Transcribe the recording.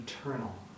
eternal